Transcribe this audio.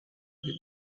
win